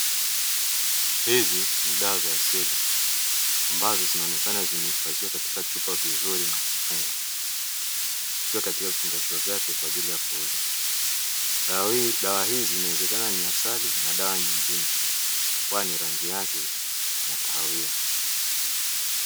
Hizi ni dawa za asili ambazo zinaonekana zimehifadhiwa katika chupa nzuri na kufungwa zikiwa katika vifungashio vyake kwa ajili ya kuuza, dawa hizi inawezekana kuwa ni asali na dawa nyengine kwani rangi yake ni ya kahawia.